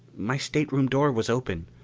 my stateroom door was open.